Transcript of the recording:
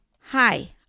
Hi